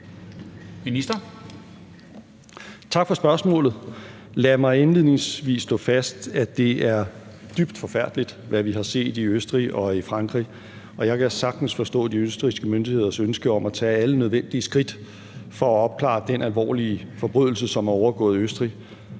Tak for spørgsmålet. Lad mig indledningsvis slå fast, at det er dybt forfærdeligt, hvad vi har set i Østrig og i Frankrig, og jeg kan sagtens forstå de østrigske myndigheders ønske om at tage alle nødvendige skridt for at opklare den alvorlige forbrydelse, som er overgået Østrig,